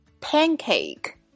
Pancake